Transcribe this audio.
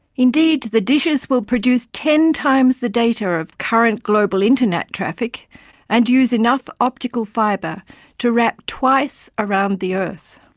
indeed, the dishes will produce ten times the data of current global internet traffic and use enough optical fibre to wrap twice around the earth!